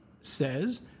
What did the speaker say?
says